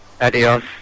Adios